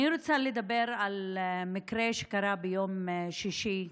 אני רוצה לדבר על מקרה שקרה ביום שישי,